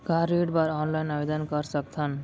का ऋण बर ऑनलाइन आवेदन कर सकथन?